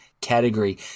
category